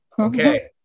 Okay